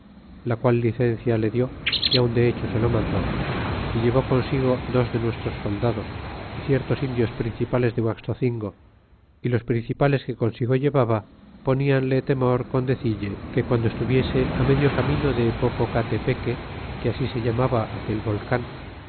la qual licencia le lió y aun de hecho se lo mandó y llevó consigo desde nuestros soldados y ciertos indios principales de guaxocingo y los principales que consigo llevaba ponianle temor con decille que guando estuviese a medio camino de popa cate peque que ast se llamaba aquel volean